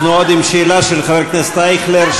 אנחנו עוד עם שאלה של חבר הכנסת אייכלר,